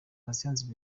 patient